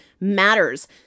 matters